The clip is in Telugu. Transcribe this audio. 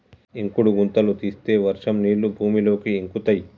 ఇంకుడు గుంతలు తీస్తే వర్షం నీళ్లు భూమిలోకి ఇంకుతయ్